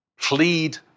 plead